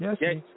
Yes